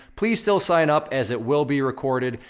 please still sign up, as it will be recorded,